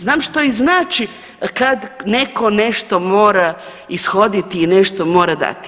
Znam što i znači kad netko nešto mora ishoditi i nešto mora dati.